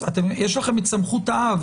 יש לכם סמכות האב,